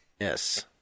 Yes